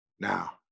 now